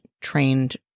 trained